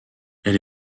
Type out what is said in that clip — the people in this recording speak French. elle